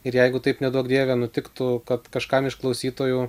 ir jeigu taip neduok dieve nutiktų kad kažkam iš klausytojų